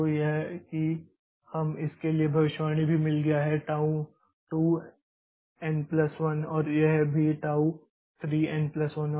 तो यह है कि हम इसके लिए भविष्यवाणी भी मिल गया है टाऊ 2 एन प्लस 1tau2n1 और यह भी टाऊ 3 एन प्लस 1tau3n1